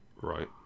Right